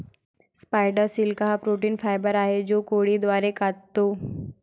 spider silk हा protein fibre आहे जो कोळी द्वारे काततो